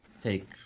take